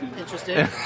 Interesting